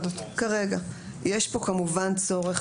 יש פה כמובן צורך